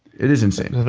it is insane.